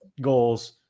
goals